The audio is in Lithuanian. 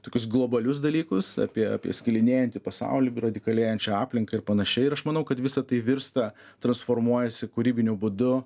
tokius globalius dalykus apie apie skilinėjantį pasaulį radikalėjančią aplinką ir panašiai ir aš manau kad visa tai virsta transformuojasi kūrybiniu būdu